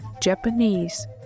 Japanese